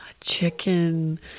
chicken